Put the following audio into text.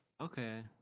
Okay